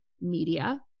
media